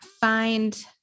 find